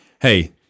Hey